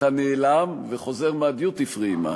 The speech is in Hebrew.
אתה נעלם וחוזר מה"דיוטי פרי" עם משהו.